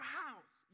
house